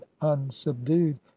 unsubdued